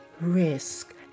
risk